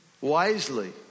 wisely